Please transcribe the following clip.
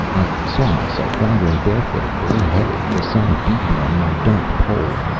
i saw myself wandering barefooted, bareheaded, the sun beating on my dark poll.